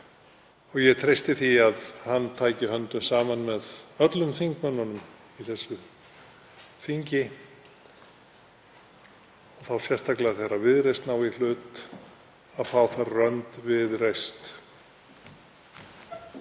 Ég treysti því að hann taki höndum saman með öllum þingmönnunum í þessu þingi, þá sérstaklega þegar Viðreisn á í hlut, að fá þar rönd við reist.